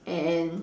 and